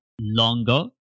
longer